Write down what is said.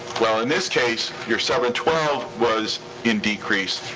well, in this case, your seven twelve was in decrease.